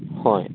ꯍꯣꯏ